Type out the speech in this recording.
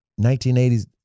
1980s